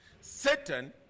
Satan